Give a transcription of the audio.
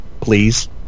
Please